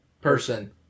person